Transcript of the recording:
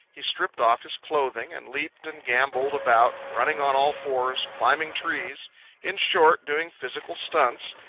he stripped off his clothing and leaped and gambolled about, running on all fours, climbing trees in short, doing physical stunts,